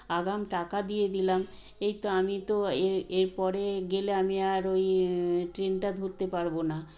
আগাম টাকা দিয়ে দিলাম এই তো আমি তো এরপরে গেলে আমি আর ওই ট্রেনটা ধরতে পারবো না